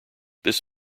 that